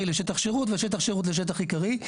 לשטח שירות ושטח שירות לשטח עיקרי.